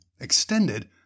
extended